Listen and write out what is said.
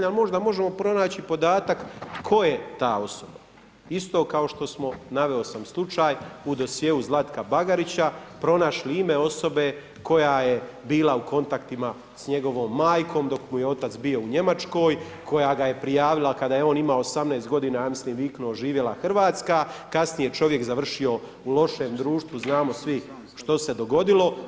Ali možda možemo pronaći podatak tko je ta osoba isto kao što smo, naveo sam slučaj u dosjeu Zlatka Bagarića pronašli ime osobe koja je bila u kontaktima sa njegovom majkom dok mu je otac bio u Njemačkoj, koja ga je prijavila kada je on imao 18 godina i viknuo „Živjela Hrvatska!“ Kasnije je čovjek završio u lošem društvu, znamo svi što se dogodilo.